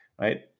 Right